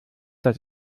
dass